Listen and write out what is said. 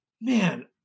man